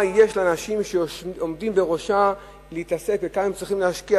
מה יש לאנשים שעומדים בראשה להתעסק וכמה הם צריכים להשקיע,